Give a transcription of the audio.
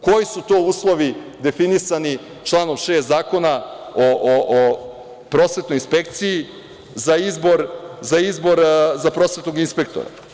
Koji su to uslovi definisani članom 6. Zakona o prosvetnoj inspekciji za izbor prosvetnog inspektora?